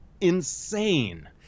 insane